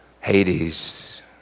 Hades